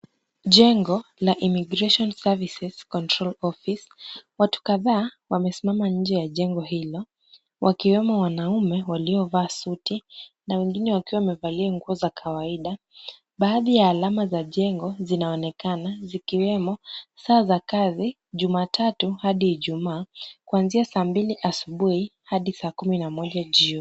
Jengo la Immigration services control office , watu kadhaa wamesimama nje ya jengo hilo, wakiwemo wanaume waliovaa suti na wengine wakiwa wamevalia nguo za kawaida. Baadhi ya alama za jengo zinaonekana zikiwemo, saa za kazi Jumatatu hadi Ijumaa, kuanzia saa mbili asubuhu hadi saa kumi na moja jioni.